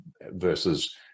versus